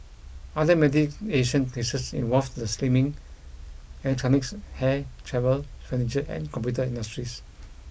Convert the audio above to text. other mediation cases involved the slimming electronics hair travel furniture and computer industries